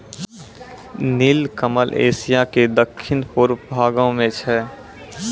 नीलकमल एशिया के दक्खिन पूर्वी भागो मे छै